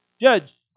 Judge